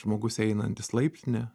žmogus einantis laiptine